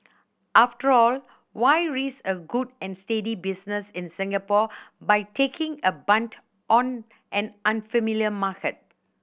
after all why risk a good and steady business in Singapore by taking a punt on an unfamiliar market